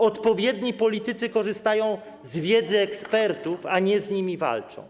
Odpowiedzialni politycy korzystają z wiedzy ekspertów, a nie z nimi walczą.